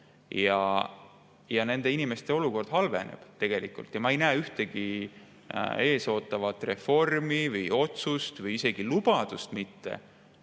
Nende inimeste olukord halveneb tegelikult ja ma ei näe ühtegi ees ootavat reformi või otsust või isegi lubadust mitte,